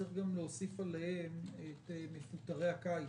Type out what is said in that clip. צריך להוסיף עליהם גם את מפוטרי הקיץ.